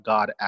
God